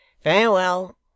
Farewell